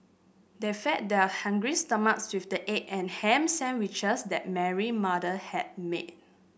they fed their hungry stomachs with the egg and ham sandwiches that Mary mother had made